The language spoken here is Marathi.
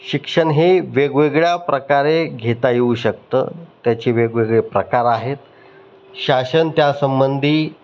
शिक्षण हे वेगवेगळ्या प्रकारे घेता येऊ शकतं त्याचे वेगवेगळे प्रकार आहेत शासन त्या संंबंधी